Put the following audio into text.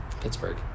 Pittsburgh